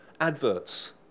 adverts